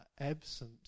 absent